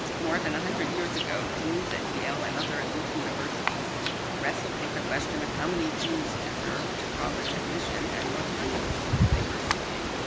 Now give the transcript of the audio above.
more than one hundred years ago, deans at yale and other elite universities wrestled with the question of how many jews deserved college admission and what kind of jews they were seeking.